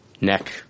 neck